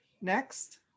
next